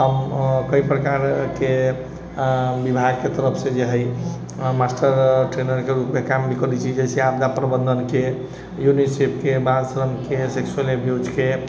हम कएक प्रकारके विभागके तरफसँ जे हइ मास्टर ट्रेनरके रूपमे काम भी करै छी जइसे आपदा प्रबन्धनके यूनिसेफके बाल श्रमके सेक्सुअल अब्यूजके